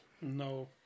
No